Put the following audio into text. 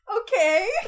Okay